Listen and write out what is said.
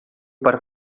para